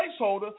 placeholder